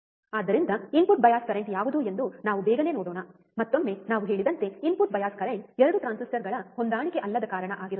ಆದ್ದರಿಂದ input bias current ಯಾವುದು ಎಂದು ನಾವು ಬೇಗನೆ ನೋಡೋಣ ಮತ್ತೊಮ್ಮೆ ನಾವು ಹೇಳಿದಂತೆ ಇನ್ಪುಟ್ ಬಯಾಸ್ ಕರೆಂಟ್ 2 ಟ್ರಾನ್ಸಿಸ್ಟರ್ಗಳ ಹೊಂದಾಣಿಕೆ ಅಲ್ಲದ ಕಾರಣ ಆಗಿರುತ್ತವೆ